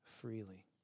freely